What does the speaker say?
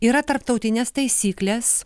yra tarptautinės taisyklės